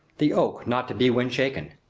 the oak not to be wind-shaken.